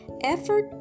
effort